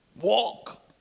Walk